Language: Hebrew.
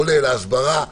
כולל ההסברה,